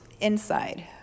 inside